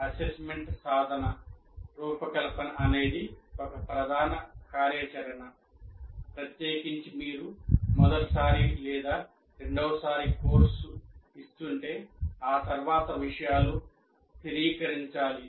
assessment సాధన రూపకల్పన అనేది ఒక ప్రధాన కార్యాచరణ ప్రత్యేకించి మీరు మొదటిసారి లేదా రెండవ సారి కోర్సు ఇస్తుంటే ఆ తర్వాత విషయాలు స్థిరీకరించాలి